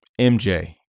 MJ